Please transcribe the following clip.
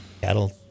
Cattle